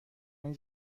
این